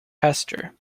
hester